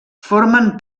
formen